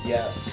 Yes